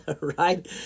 right